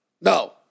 No